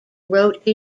wrote